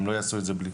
הם לא יעשו את זה בלי.